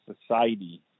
society